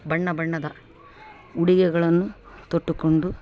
ಬಣ್ಣ ಬಣ್ಣದ ಉಡುಗೆಗಳನ್ನು ತೊಟ್ಟುಕೊಂಡು